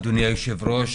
אדוני היו"ר,